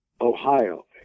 Ohio